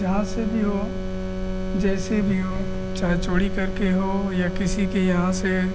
जहाँ से भी हो जैसे भी हो चाहे चोरी करके हो या किसी के यहाँ से